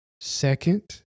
second